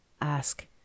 ask